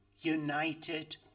united